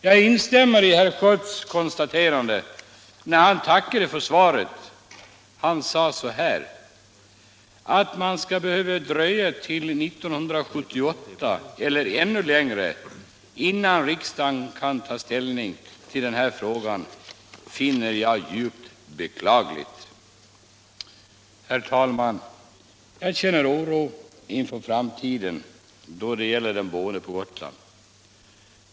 Jag instämmer i herr Schötts konstaterande när han tackade för svaret. Han sade följande: ”Att man skulle behöva dröja till 1978 eller ännu längre innan riksdagen kan ta ställning till den här frågan finner jag djupt beklagligt.” Herr talman! Jag känner oro inför framtiden med tanke på dem som bor på Gotland.